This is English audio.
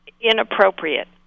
inappropriate